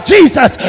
Jesus